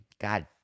God